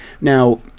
Now